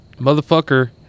motherfucker